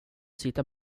sitta